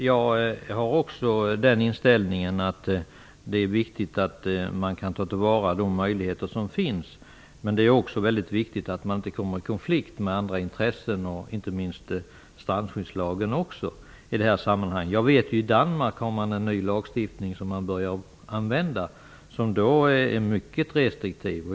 Fru talman! Också jag har den inställningen att det är viktigt att man kan ta till vara de möjligheter som finns. Det är också viktigt att man inte kommer i konflikt med andra intressen, inte minst strandskyddsbestämmelserna. I Danmark har man infört en ny lagstiftning som man har börjat att tillämpa. Där är man mycket restriktiv.